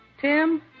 Tim